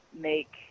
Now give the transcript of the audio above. make